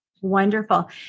Wonderful